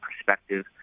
perspective